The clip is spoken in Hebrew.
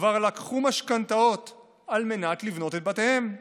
הם כבר לקחו משכנתאות על מנת לבנות את בתיהם.